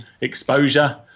exposure